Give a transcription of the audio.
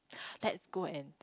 let's go and